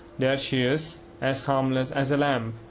there she is as harmless as a lamb.